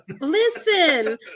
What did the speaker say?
Listen